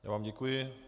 Já vám děkuji.